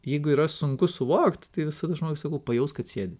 jeigu yra sunku suvokt tai visada žmogui sakau pajausk kad sėdi